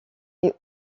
est